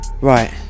Right